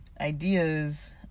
ideas